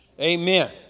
Amen